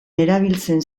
erabiltzen